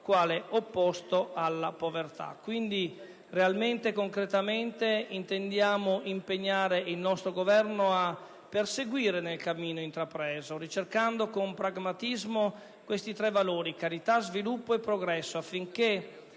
Quindi realmente e concretamente intendiamo impegnare il nostro Governo a proseguire nel cammino intrapreso ricercando con pragmatismo questi tre valori: carità, sviluppo e progresso, affinché